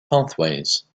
pathways